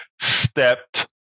stepped